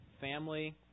family